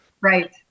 Right